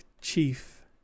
chief